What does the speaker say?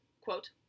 quote